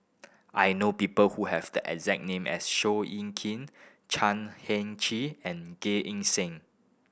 I know people who have the exact name as Seow Yit Kin Chan Heng Chee and Eng Seng